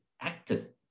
acted